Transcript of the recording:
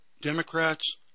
Democrats